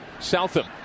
Southam